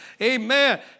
Amen